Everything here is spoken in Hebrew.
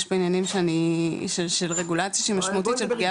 יש פה עניינים של רגולציה שהיא משמעותית של פגיעה בזכויות.